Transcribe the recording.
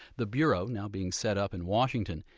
the bureau, now being set up in washington,